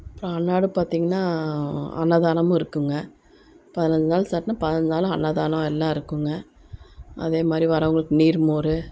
அப்புறம் அன்றாடம் பார்த்தீங்கன்னா அன்னதானமும் இருக்குதுங்க பதினைஞ்சி நாள் சாட்டினா பதினைஞ்சி நாளும் அன்னதானம் எல்லாம் இருக்குதுங்க அதே மாதிரி வரவர்களுக்கு நீர்மோர்